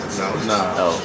no